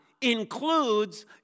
includes